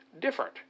different